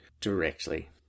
directly